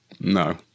No